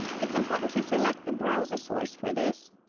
it's important to select the browser source for this